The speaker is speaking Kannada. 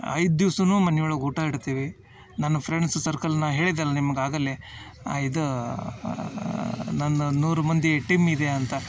ಐದು ದಿವಸನೂ ಮನೆ ಒಳಗೆ ಊಟ ಇಡ್ತೀವಿ ನನ್ನ ಫ್ರೆಂಡ್ಸ್ ಸರ್ಕಲ್ನ ಹೇಳಿದ್ದೆ ಅಲ್ಲಿ ನಿಮ್ಗೆ ಆಗಲ್ಲೇ ಇದ ನನ್ನ ನೂರು ಮಂದಿ ಟಿಮ್ ಇದೆ ಅಂತ